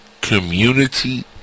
community